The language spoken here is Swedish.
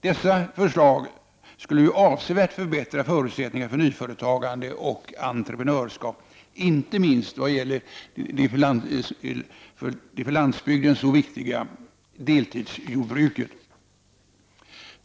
Dessa åtgärder skulle avsevärt förbättra förutsättningarna för nyföretagande och entreprenörskap, inte minst vad gäller det för landsbygden så viktiga deltidsjordbruket.